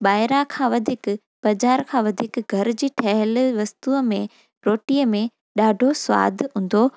ॿाहिरां खां वधीक बाज़ारि खां वधीक घर जी ठहियलु वस्तूअ में रोटीअ में ॾाढो सवादु हूंदो